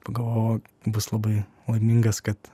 pagalvojau bus labai laimingas kad